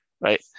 right